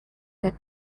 that